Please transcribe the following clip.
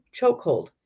chokehold